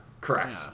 Correct